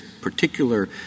particular